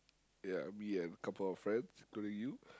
ya me and couple of friends including you